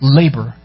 labor